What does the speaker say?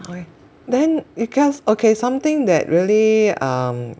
then because okay something that really um